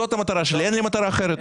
זאת המטרה שלי, אין לי מטרה אחרת.